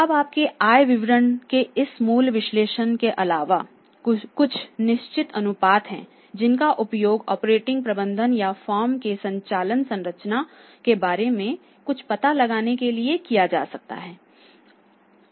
अब आपके आय विवरण के इस मूल विश्लेषण के अलावा कुछ निश्चित अनुपात हैं जिनका उपयोग ऑपरेटिंग प्रबंधन या फर्म के संचालन संरचना के बारे में कुछ पता लगाने के लिए किया जा सकता है